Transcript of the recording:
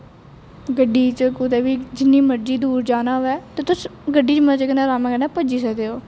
गड्डी च कुतै बी जिन्नी मर्जी दूर जाना होऐ ते तुस गड्डी च मजे कन्नै अरामै कन्नै पुज्जी सकदे ओ